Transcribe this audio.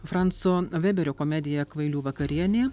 franco veberio komedija kvailių vakarienė